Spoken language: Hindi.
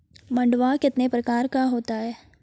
मंडुआ कितने प्रकार का होता है?